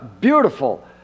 beautiful